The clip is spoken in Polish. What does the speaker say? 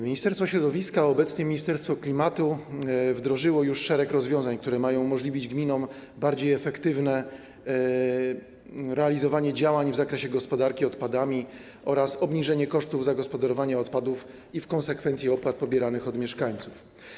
Ministerstwo Środowiska, a obecnie Ministerstwo Klimatu, wdrożyło już szereg rozwiązań, które mają umożliwić gminom bardziej efektywne realizowanie działań w zakresie gospodarki odpadami oraz obniżenie kosztów zagospodarowania odpadów i w konsekwencji opłat pobieranych od mieszkańców.